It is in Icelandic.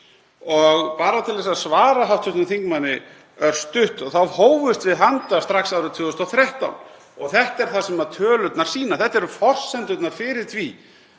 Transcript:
Bara til að svara hv. þingmanni örstutt þá hófumst við handa strax árið 2013 og þetta er það sem tölurnar sýna, þetta eru forsendurnar fyrir því